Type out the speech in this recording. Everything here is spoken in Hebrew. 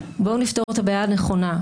בואו נפתור את הבעיה הנכונה,